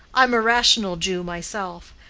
i'm a rational jew myself.